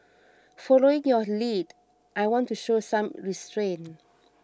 following your lead I want to show some restraint